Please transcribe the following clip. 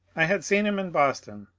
i had seen him in boston,